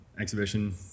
exhibition